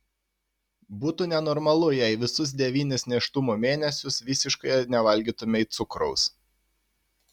būtų nenormalu jei visus devynis nėštumo mėnesius visiškai nevalgytumei cukraus